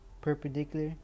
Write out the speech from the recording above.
perpendicular